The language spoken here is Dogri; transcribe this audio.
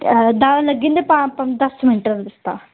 दा लग्गी जंदे पा दस मिंट दा रस्ता